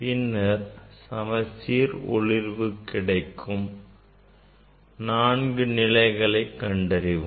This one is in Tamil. பின்னர் சமச்சீர் ஒளிர்வு கிடைக்கும் நான்கு நிலைகளை கண்டறிவோம்